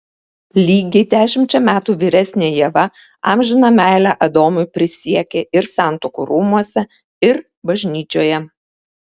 lygiai dešimčia metų vyresnė ieva amžiną meilę adomui prisiekė ir santuokų rūmuose ir bažnyčioje